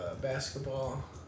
basketball